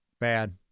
Bad